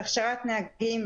הכשרת נהגים,